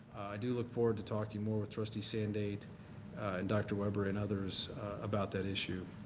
i do look forward to talking more with trustee sandate and dr. weber and others about that issue.